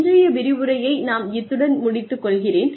இன்றைய விரிவுரையை நாம் இத்துடன் முடித்துக் கொள்கிறேன்